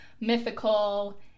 mythical